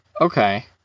Okay